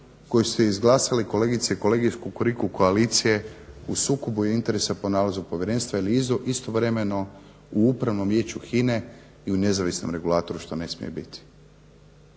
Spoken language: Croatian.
kolegice i kolege iz kukuriku koalicije u sukobu je interesa po nalazu povjerenstva jer je istovremeno u upravnom Vijeću HINA-e i u nezavisnom regulatoru što ne smije biti.